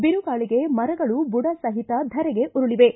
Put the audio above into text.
ಬಿರುಗಾಳಿಗೆ ಮರಗಳು ಬುಡಸಹಿತ ಧರೆಗೆ ಉರುಳಿವೆ